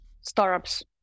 startups